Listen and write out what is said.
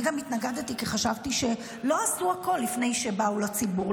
אני גם התנגדתי כי חשבתי שלא עשו הכול לפני שבאו לציבור,